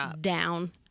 down